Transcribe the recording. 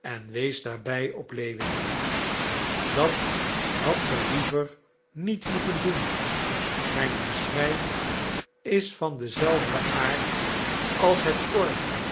en wees daarbij op lewin dat hadt ge liever niet moeten doen mijn geschrijf is van denzelfden aard als het korfje